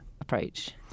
approach